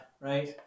right